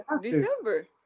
December